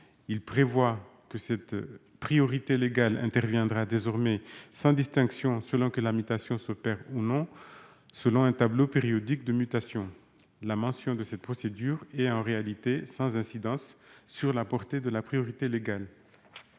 de corps. La priorité légale interviendrait désormais sans distinction selon que la mutation s'opère, ou non, selon un tableau périodique de mutation. La mention de cette procédure est en réalité sans incidence sur la portée de la priorité légale.